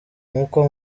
nk’uko